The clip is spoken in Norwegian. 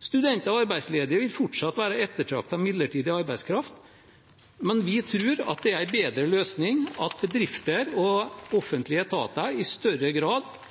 Studenter og arbeidsledige vil fortsatt være ettertraktet midlertidig arbeidskraft, men vi tror at det er en bedre løsning at bedrifter og offentlige etater i større grad